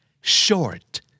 Short